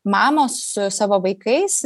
mamos su savo vaikais